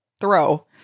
throw